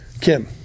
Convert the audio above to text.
Kim